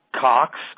Cox